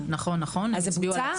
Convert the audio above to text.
זה בוצע?